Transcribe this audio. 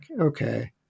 Okay